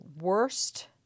worst